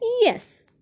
Yes